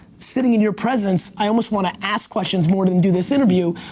sitting in your presence, i almost wanna ask questions more than do this interview.